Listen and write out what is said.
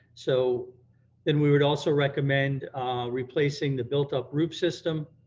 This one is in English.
so then we would also recommend replacing the built up roof system,